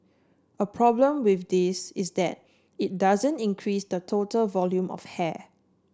a problem with this is that it doesn't increase the total volume of hair